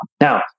Now